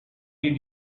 did